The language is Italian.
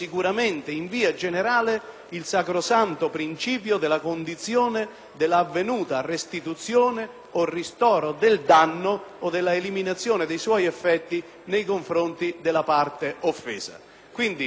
dell'avvenuta restituzione o ristoro del danno o della eliminazione dei suoi effetti nei confronti della parte offesa. Quindi, aderisco alla metodologia della richiesta di ritiro in questa sede,